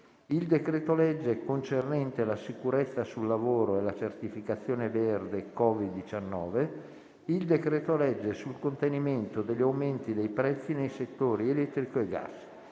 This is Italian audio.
il decreto-legge concernente la sicurezza sul lavoro e la certificazione verde Covid-19; il decreto-legge sul contenimento degli aumenti dei prezzi nei settori elettrico e gas.